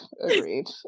agreed